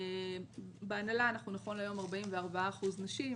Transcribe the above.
בהנהלה אנחנו נכון להיום 44% נשים,